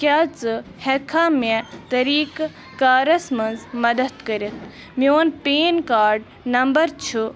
کیٛاہ ژٕ ہٮ۪کٕکھا مےٚ طٔریٖقہٕ کارس منٛز مدتھ کٔرِتھ میٛون پین کارڈ نبمر چھُ